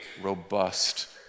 robust